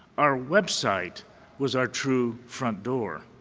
our website was our true front door.